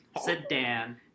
Sedan